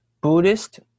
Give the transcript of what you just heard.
Buddhist